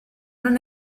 non